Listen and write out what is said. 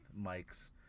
mics